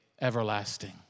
everlasting